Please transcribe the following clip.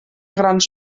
grans